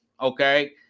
Okay